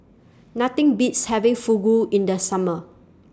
Nothing Beats having Fugu in The Summer